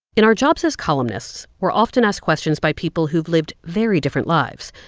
in our jobs as columnists, we're often asked questions by people who've lived very different lives.